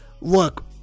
look